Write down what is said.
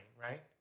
right